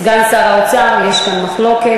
סגן שר האוצר, יש כאן מחלוקת.